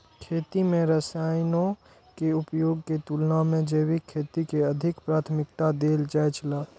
खेती में रसायनों के उपयोग के तुलना में जैविक खेती के अधिक प्राथमिकता देल जाय छला